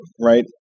right